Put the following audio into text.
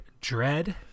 dread